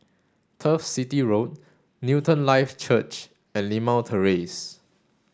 Turf City Road Newton Life Church and Limau Terrace